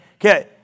Okay